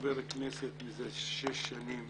כחבר כנסת זה שש שנים